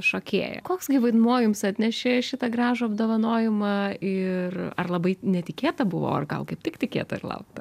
šokėja koks gi vaidmuo jums atnešė šitą gražų apdovanojimą ir ar labai netikėta buvo ar gal kaip tik tikėta ir laukta